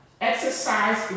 Exercise